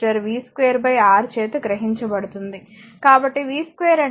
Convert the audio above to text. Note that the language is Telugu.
కాబట్టి v2 అనేది 8 ద్వారా భాగించబడినది